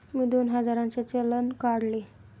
मी दोन हजारांचे चलान काढले